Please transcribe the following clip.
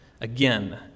Again